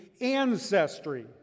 ancestry